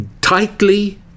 tightly